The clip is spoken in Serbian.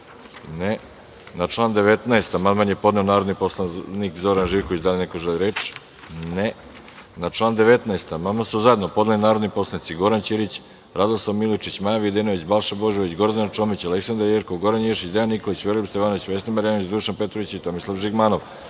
(Ne.)Na član 19. amandman je podneo narodni poslanik Zoran Živković. Da li neko želi reč? (Ne.)Na član 19. amandman su zajedno podneli narodni poslanici Goran Ćirić, Radoslav Milojičić, Maja Videnović, Balša Božović, Gordana Čomić, Aleksandra Jerkov, Goran Ješić, Dejan Nikolić, Veroljub Stevanović, Vesna Marjanović, Dušan Petrović i Tomislav Žigmanov. Da